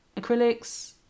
acrylics